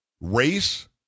race